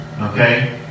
Okay